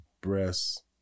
breasts